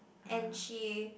and she